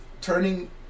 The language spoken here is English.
turning